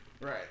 Right